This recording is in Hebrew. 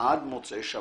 עד מוצאי שבת.